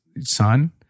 son